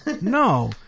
No